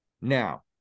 Now